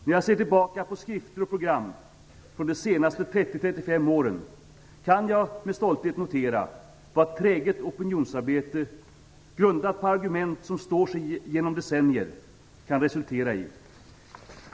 När jag ser tillbaka på skrifter och program från de senaste 30-35 åren kan jag med stolthet notera vad träget opinionsarbete, grundat på argument som står sig genom decennier, kan resultera i.